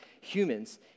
humans